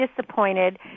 disappointed